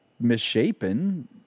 misshapen